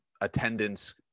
attendance